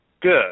Good